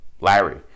Larry